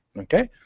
ok?